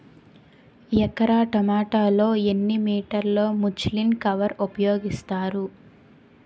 ఎకర టొమాటో లో ఎన్ని మీటర్ లో ముచ్లిన్ కవర్ ఉపయోగిస్తారు?